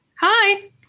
Hi